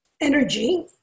energy